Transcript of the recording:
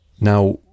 Now